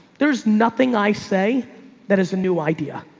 there's nothing i say that is a new idea.